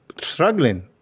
struggling